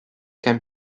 can